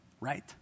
right